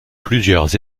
plusieurs